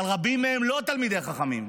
אבל רבים מהם לא תלמידי חכמים.